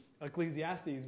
Ecclesiastes